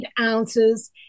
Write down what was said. ounces